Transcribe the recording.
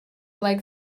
like